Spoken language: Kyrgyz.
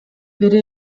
бере